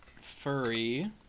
furry